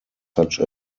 such